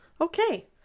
Okay